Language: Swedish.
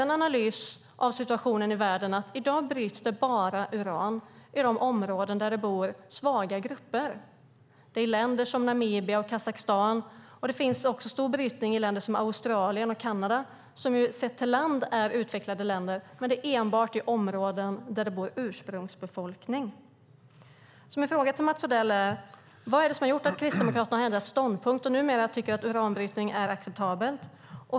En analys av situationen i världen visar snarare att det i dag bara bryts uran i de områden där det bor svaga grupper. Det handlar om länder som Namibia och Kazakstan. Det finns också stor brytning i länder som Australien och Kanada, som ju är utvecklade länder, men det sker enbart i områden där ursprungsbefolkningen bor. Mina frågor till Mats Odell är: Vad är det som har gjort att Kristdemokraterna har ändrat ståndpunkt och numera tycker att uranbrytning är acceptabelt?